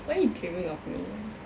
why you dreaming of me